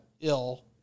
ill